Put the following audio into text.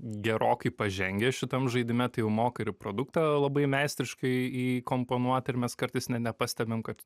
gerokai pažengę šitam žaidime tai jau moka ir produktą labai meistriškai įkomponuot ir mes kartais ne nepastebim kad